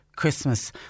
Christmas